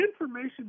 information